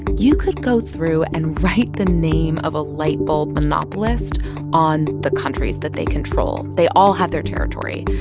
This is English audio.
you could go through and write the name of a light bulb monopolist on the countries that they control. they all have their territory,